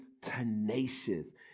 tenacious